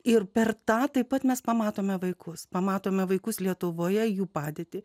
ir per tą taip pat mes pamatome vaikus pamatome vaikus lietuvoje jų padėtį